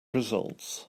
results